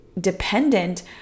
dependent